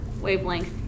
wavelength